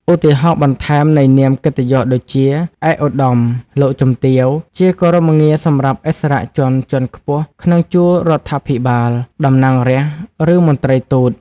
ឧទាហរណ៍បន្ថែមនៃនាមកិត្តិយសដូចជា ឯកឧត្តម លោកជំទាវ ជាគោរមងារសម្រាប់ឥស្សរជនជាន់ខ្ពស់ក្នុងជួររដ្ឋាភិបាល តំណាងរាស្រ្ត ឬមន្ត្រីទូត។